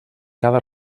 cada